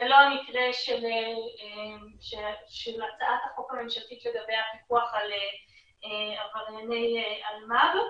זה לא המקרה של הצעת החוק הממשלתית לגבי הפיקוח על עברייני אלמ"ב.